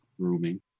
grooming